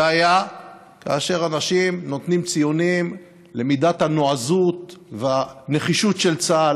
זה היה כאשר אנשים נותנים ציונים למידת הנועזות והנחישות של צה"ל,